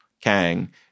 Kang